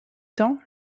temps